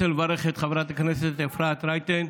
אני רוצה לברך את חברת הכנסת אפרת רייטן.